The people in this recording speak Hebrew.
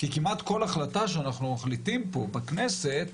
כי כמעט כל החלטה שאנחנו מחליטים פה בכנסת,